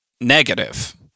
negative